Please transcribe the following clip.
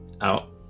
out